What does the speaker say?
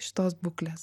šitos būklės